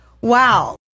Wow